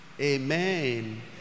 Amen